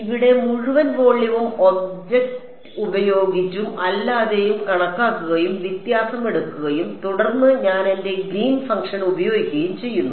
ഇവിടെ മുഴുവൻ വോള്യവും ഒബ്ജക്റ്റ് ഉപയോഗിച്ചും അല്ലാതെയും കണക്കാക്കുകയും വ്യത്യാസം എടുക്കുകയും തുടർന്ന് ഞാൻ എന്റെ ഗ്രീൻ ഫംഗ്ഷൻ ഉപയോഗിക്കുകയും ചെയ്യുന്നു